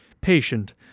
Patient